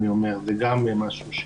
זה גם משהו.